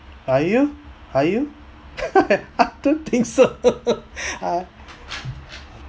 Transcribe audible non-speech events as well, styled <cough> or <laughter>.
are you are you <laughs> I don't think so ah